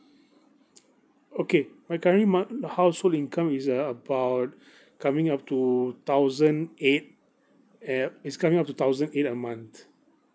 okay my current month~ household income is uh about coming up to thousand eight and uh it's coming up to thousand eight a month